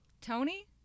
Tony